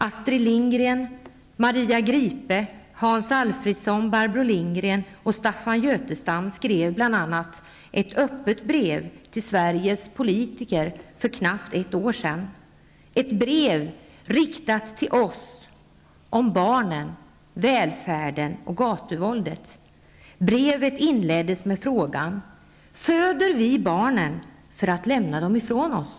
Astrid Lindgren, Maria Gripe, Hans Götestam skrev bl.a. ett öppet brev till Sveriges politiker för knappt ett år sedan, ett brev riktat till oss om barnen, välfärden och gatuvåldet. Brevet inleddes med frågan: Föder vi barnen för att lämna dem ifrån oss?